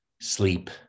sleep